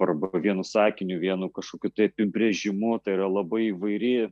arba vienu sakiniu vienu kažkokiu tai apibrėžimu tai yra labai įvairi